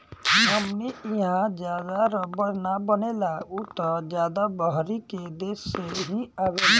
हमनी इहा ज्यादा रबड़ ना बनेला उ त ज्यादा बहरी के देश से ही आवेला